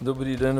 Dobrý den.